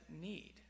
need